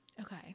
okay